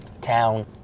town